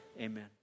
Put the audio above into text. amen